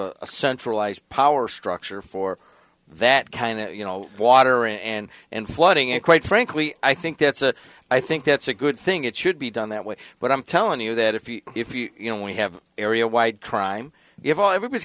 a centralized power structure for that kind of you know water and and flooding and quite frankly i think that's a i think that's a good thing it should be done that way but i'm telling you that if you if you you know we have area white crime